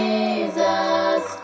Jesus